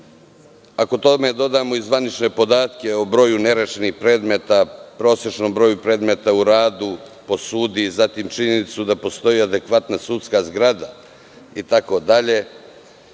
tome dodamo i zvanične podatke o broju nerešenih predmeta, prosečnom broju predmeta u radu po sudu, zatim činjenicu da postoji adekvatna sudska zgrada, itd.